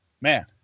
Man